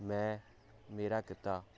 ਮੈਂ ਮੇਰਾ ਕਿੱਤਾ